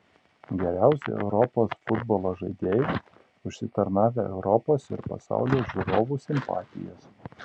geriausi europos futbolo žaidėjai užsitarnavę europos ir pasaulio žiūrovų simpatijas